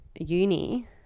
uni